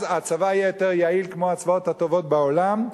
אז הצבא יהיה יותר יעיל, כמו הצבאות הטובים בעולם,